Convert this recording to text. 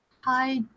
Hi